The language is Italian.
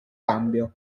cambio